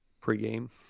Pre-game